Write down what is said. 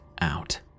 out